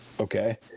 Okay